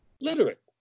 literate